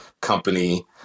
company